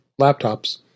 laptops